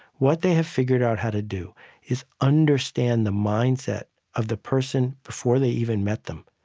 what they have figured out how to do is understand the mindset of the person before they even met them.